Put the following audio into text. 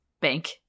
bank